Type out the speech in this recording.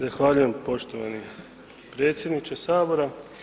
Zahvaljujem poštovani predsjedniče Sabora.